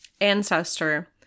ancestor